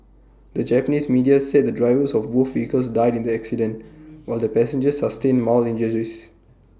the Japanese media said the drivers of both vehicles died in the accident while the passengers sustained mild injuries